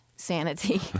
sanity